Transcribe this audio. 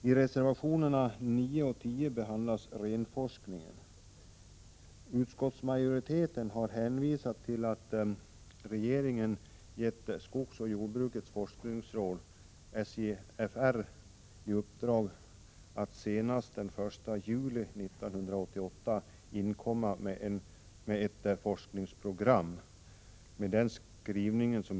I reservationerna 9 och 10 behandlas renforskningen. Utskottsmajoriteten har hänvisat till att regeringen har gett skogsoch jordbrukets forskningsråd i uppdrag att senast den 1 juli 1988 inkomma med ett forskningsprogram.